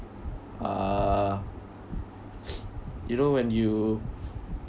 uh you know when you